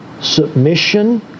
submission